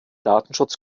datenschutz